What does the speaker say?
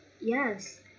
Yes